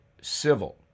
civil